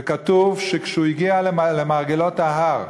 וכתוב שכשהוא הגיע למרגלות ההר,